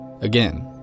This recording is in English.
Again